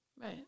Right